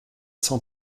cent